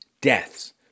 deaths